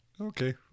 Okay